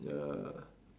ya